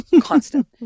Constant